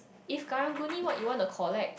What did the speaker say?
if Karang-Guni what you want to collect